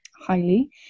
highly